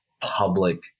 public